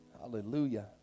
Hallelujah